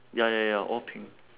ya ya ya ya all pink